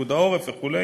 פיקוד העורף וכו'.